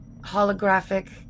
holographic